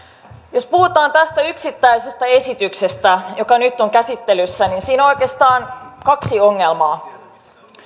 jos puhutaan tästä yksittäisestä esityksestä joka nyt on käsittelyssä niin siinä on oikeastaan kaksi ongelmaa